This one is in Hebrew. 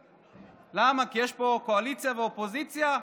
למה, כי יש פה קואליציה ואופוזיציה?